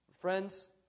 Friends